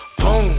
boom